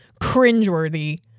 cringeworthy